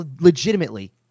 legitimately